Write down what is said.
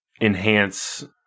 enhance